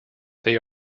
they